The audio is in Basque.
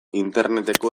interneteko